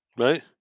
Right